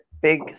big